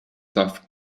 darf